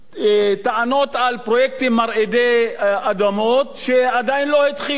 טענות על פרויקטים מרעידי אדמות שעדיין לא התחילו,